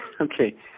okay